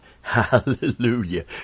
Hallelujah